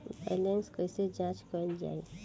Balance कइसे जांच कइल जाइ?